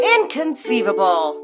Inconceivable